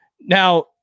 Now